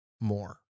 more